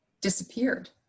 disappeared